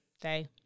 day